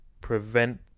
prevent